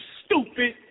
stupid